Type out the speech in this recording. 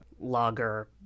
lager